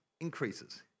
increases